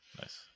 Nice